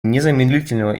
незамедлительного